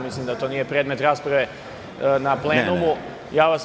Mislim da to nije predmet rasprave na plenumu.